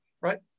right